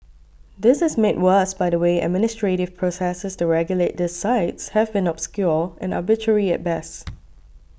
this is made worse by the way administrative processes to regulate these sites have been obscure and arbitrary at best